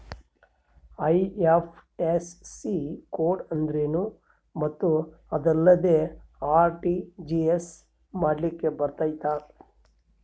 IFSC code ಅಂದ್ರೇನು ಮತ್ತು ಅದಿಲ್ಲದೆ ಆರ್.ಟಿ.ಜಿ.ಎಸ್ ಮಾಡ್ಲಿಕ್ಕೆ ಬರ್ತೈತಾ?